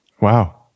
Wow